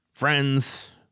Friends